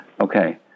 Okay